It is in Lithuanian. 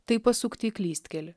tai pasukti į klystkelį